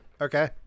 Okay